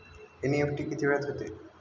NEFT किती वेळात होते?